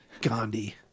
Gandhi